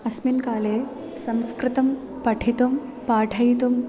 अस्मिन् काले संस्कृतं पठितुं पाठयितुं